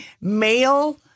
male